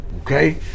okay